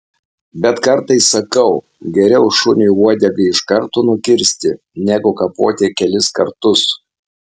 bet kartais sakau geriau šuniui uodegą iš karto nukirsti negu kapoti kelis kartus